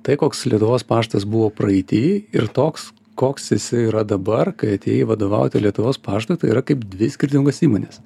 tai koks lietuvos paštas buvo praeity ir toks koks jisai yra dabar kai atėjai vadovauti lietuvos paštui tai yra kaip dvi skirtingos įmonės